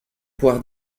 poires